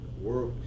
Works